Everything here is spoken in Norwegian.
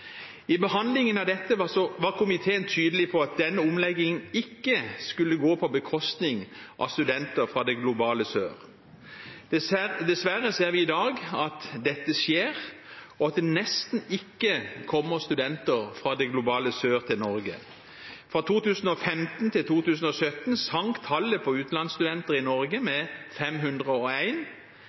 I behandlingen av dette var komiteen tydelig på at denne omleggingen ikke skulle gå på bekostning av studenter fra det globale sør. Dessverre ser vi i dag at dette skjer, og at det nesten ikke kommer studenter fra det globale sør til Norge. Fra 2015 til 2017 sank tallet på utenlandsstudenter i Norge med